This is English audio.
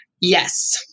Yes